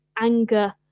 anger